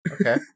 okay